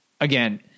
again